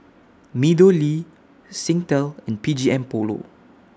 Meadowlea Singtel and B G M Polo